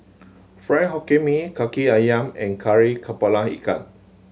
Fried Hokkien Mee Kaki Ayam and Kari Kepala Ikan